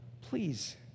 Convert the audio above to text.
Please